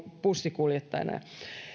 bussinkuljettajana